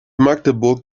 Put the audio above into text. magdeburg